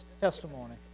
testimony